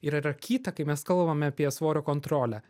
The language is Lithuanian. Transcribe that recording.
ir yra kita kai mes kalbame apie svorio kontrolę